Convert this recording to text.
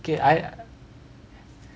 K I